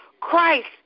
Christ